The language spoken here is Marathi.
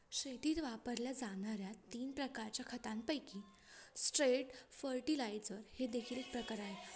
शेतीत वापरल्या जाणार्या तीन प्रकारच्या खतांपैकी स्ट्रेट फर्टिलाइजर हे देखील एक प्रकार आहे